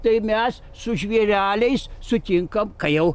tai mes su žvėreliais sutinkam kai jau